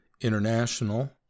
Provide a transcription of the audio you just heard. International